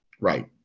Right